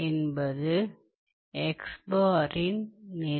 என்பது இன் நெறி